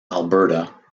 alberta